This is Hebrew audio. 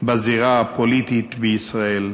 בזירה הפוליטית בישראל,